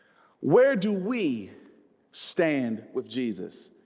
where do we stand with jesus?